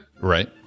Right